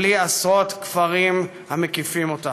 בלי עשרות כפרים המקיפים אותה.